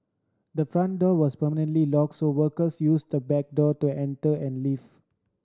the front door was permanently locked so workers used the back door to enter and leave